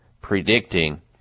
predicting